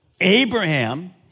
Abraham